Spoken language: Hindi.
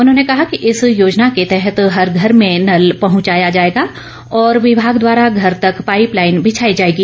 उन्होंने कहा कि इस योजना के तहत हर घर में नल पहचाया जाएगा और विमाग द्वारा घर तक पाइप लाइन बिछाई जाएगी